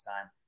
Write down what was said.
time